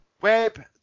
Web